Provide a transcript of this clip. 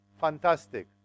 fantastic